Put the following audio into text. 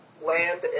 land